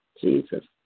Jesus